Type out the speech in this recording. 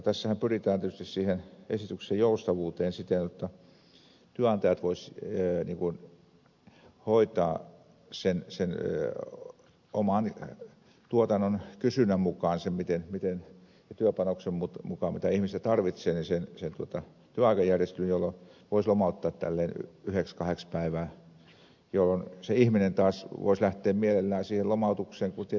tässähän pyritään tietysti siihen esityksen joustavuuteen siten jotta työnantajat voisivat hoitaa oman tuotannon kysynnän ja työpanoksen mukaan sen työaikajärjestelyn milloin ihmistä tarvitsee jolloin voisi lomauttaa yhdeksi tai kahdeksi päiväksi ja se ihminen taas voisi lähteä mielellään siihen lomautukseen kun tietää jotta saa työttömyysturvaa